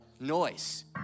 noise